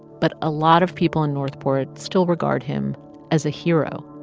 but a lot of people in north port still regard him as a hero,